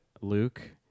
Luke